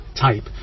type